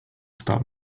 start